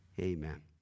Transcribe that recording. amen